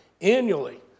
annually